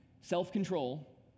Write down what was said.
Self-control